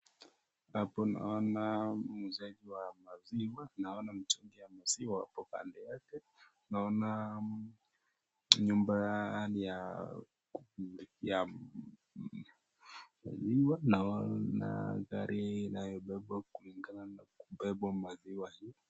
Hapa naona muuzaji wa maziwa, naona mtungi ya maziwa hapo kando yake , naona nyumba ya maziwa naona gari inayobeba kulingana na kubeba maziwa hii.